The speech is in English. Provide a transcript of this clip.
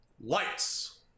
lights